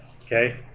Okay